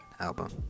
album